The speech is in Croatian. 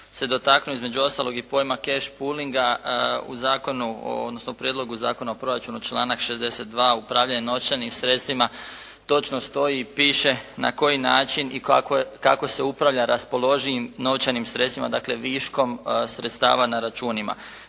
se dotaknuo između ostalog i pojma "cash pulling-a" u Prijedlogu zakona o proračunu, članak 62., upravljanje novčanim sredstvima. Točno stoji i piše na koji način i kako se upravlja raspoloživim novčanim sredstvima, dakle viškom sredstava na računima.